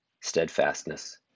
steadfastness